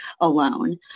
alone